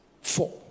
Four